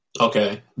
Okay